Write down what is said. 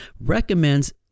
recommends